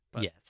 Yes